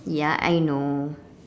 ya I know